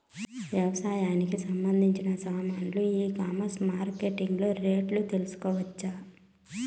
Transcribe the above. వ్యవసాయానికి సంబంధించిన సామాన్లు ఈ కామర్స్ మార్కెటింగ్ లో రేట్లు తెలుసుకోవచ్చా?